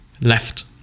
left